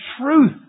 truth